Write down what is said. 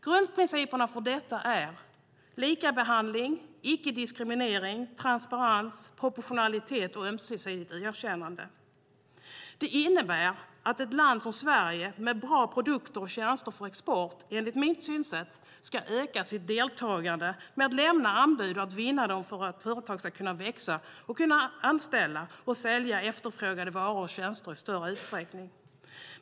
Grundprinciperna för detta är likabehandling icke-diskriminering transparens proportionalitet ömsesidigt erkännande. Det innebär att ett land som Sverige med bra produkter och tjänster för export, enligt mitt synsätt, ska öka sitt deltagande genom att lämna anbud och att vinna dem för att företag ska växa och kunna anställa och sälja efterfrågade varor och tjänster i större utsträckning.